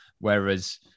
Whereas